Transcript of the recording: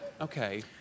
Okay